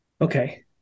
Okay